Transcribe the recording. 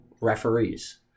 referees